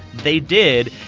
they did.